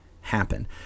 happen